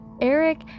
eric